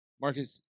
Marcus